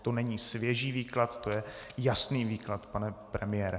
To není svěží výklad, to je jasný výklad, pane premiére.